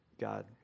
God